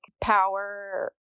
power